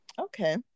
Okay